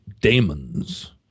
demons